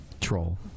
Troll